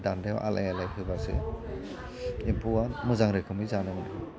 दान्दायाव आलायै आलायै होबासो एम्फौआ मोजां रोखोमै जानो मोनो